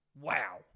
Wow